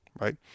Right